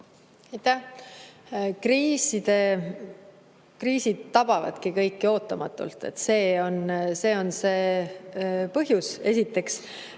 Kriisid tabavadki kõiki ootamatult, see on see põhjus, esiteks.